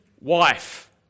wife